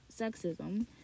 sexism